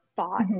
thought